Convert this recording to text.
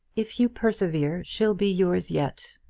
if you persevere she'll be yours yet.